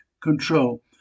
control